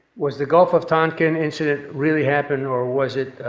was the gulf of tonkin incident really happened or was it,